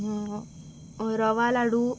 रवा लाडू